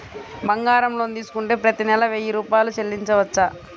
బంగారం లోన్ తీసుకుంటే ప్రతి నెల వెయ్యి రూపాయలు చెల్లించవచ్చా?